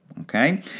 okay